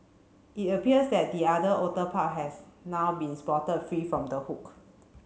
it appears that the other order pup has now been spotted free from the hook